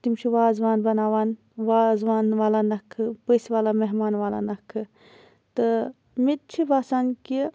تِم چھِ وازوان بَناوان وازوان والان نَکھٕ پٔژھ والان مہمان والان نَکھٕ تہٕ مےٚ تہِ چھُ باسان کہِ